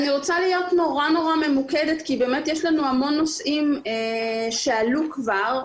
אני רוצה להיות מאוד ממוקדת כי יש לנו המון נושאים שעלו כבר.